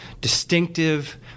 distinctive